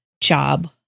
job